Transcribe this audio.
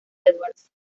edwards